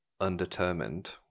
undetermined